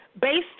based